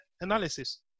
analysis